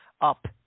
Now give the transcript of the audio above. up